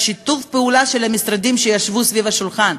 שיתוף הפעולה של המשרדים שישבו סביב השולחן,